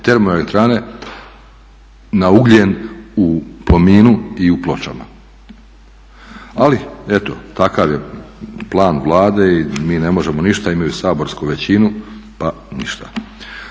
termoelektrane na ugljen u Plominu i u Pločama. Ali eto takav je plan Vlade i mi ne možemo ništa. Imaju saborsku većinu pa ništa.